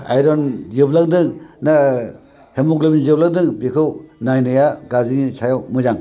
iron जोबलांदों ना हिम'ग्ल'बिन जोबलांदों बेखौ नायनाया गारजेननि सायाव मोजां